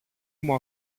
μου